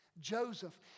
Joseph